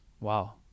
Wow